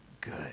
good